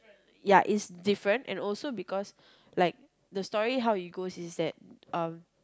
ya it's different and also because like the story how it goes is that uh